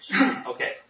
Okay